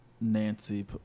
Nancy